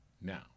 now